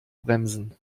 bremsen